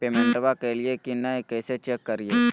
पेमेंटबा कलिए की नय, कैसे चेक करिए?